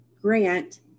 grant